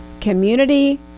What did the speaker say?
community